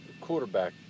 quarterback